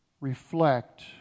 reflect